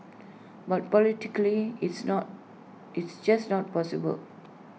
but politically it's not it's just not possible